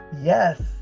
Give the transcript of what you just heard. yes